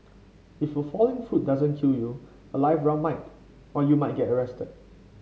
if the falling fruit doesn't kill you a live round might or you might get arrested